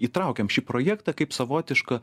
įtraukėm šį projektą kaip savotišką